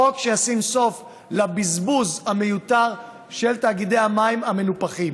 חוק שישים סוף לבזבוז המיותר של תאגידי המים המנופחים.